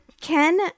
Ken